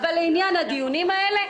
אבל בעניין הדיונים האלה,